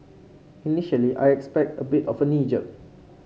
initially I expect a bit of a knee jerk